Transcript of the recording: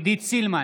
עידית סילמן,